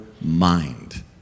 mind